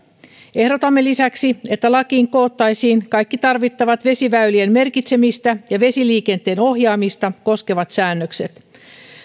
ehdotamme lisäksi että lakiin koottaisiin kaikki tarvittavat vesiväylien merkitsemistä ja vesiliikenteen ohjaamista koskevat säännökset